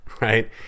right